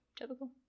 typical